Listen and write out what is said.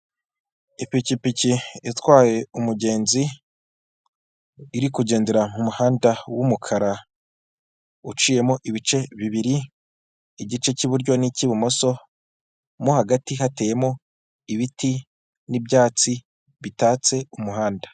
Ipikipiki itwaye umugenzi, iri kugendera mumuhanda wumukara, uciyemo ibice bibiri igice cy'iburyo, ni'cy'ibumoso, mo hagati hateyemo ibiti n'ibyatsi bitatse umuhanda